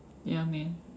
ya man